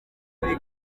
muri